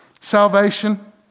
salvation